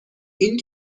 این